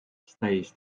stays